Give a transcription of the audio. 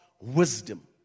wisdom